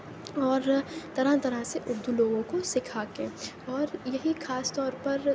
اور طرح طرح سے اُردو لوگوں کو سیکھا کے اور یہی خاص طور پر